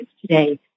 today